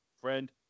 friend